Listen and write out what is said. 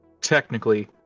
Technically